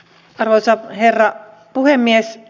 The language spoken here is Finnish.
arvoisa herra puhemies